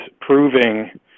proving